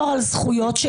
פוגע בזכויות,